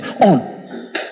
on